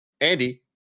Andy